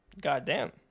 Goddamn